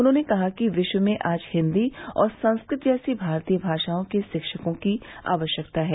उन्होंने कहा कि विश्व में आज हिन्दी और संस्कृत जैसी भारतीय भाषाओं के शिक्षकों की आवश्यकता है